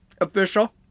official